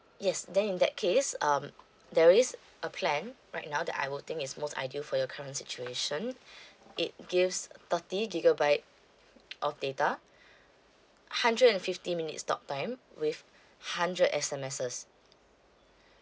yes then in that case um there is a plan right now that I would think is most ideal for your current situation it gives thirty gigabyte of data hundred and fifty minutes talktime with hundred S_M_Ss